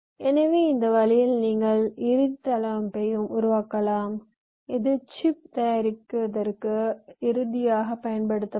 எனவே இந்த வழியில் நீங்கள் இறுதி தளவமைப்பையும் உருவாக்கலாம் இது சிப் தயாரிப்பதற்கு இறுதியாக பயன்படுத்தப்படும்